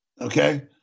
Okay